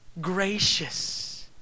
Gracious